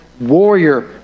warrior